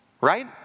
right